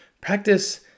Practice